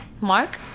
Mark